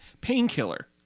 Painkiller